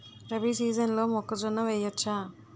రబీ సీజన్లో మొక్కజొన్న వెయ్యచ్చా?